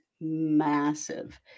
massive